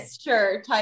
Sure